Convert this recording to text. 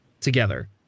together